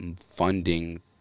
funding